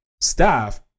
staff